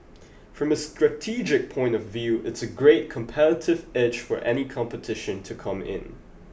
from a strategic point of view it's a great competitive edge for any competition to come in